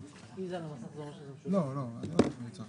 אני אבקש ממך חמש דקות הפסקה,